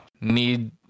need